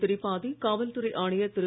திரிபாதி காவல் துறை ஆணையர் திரு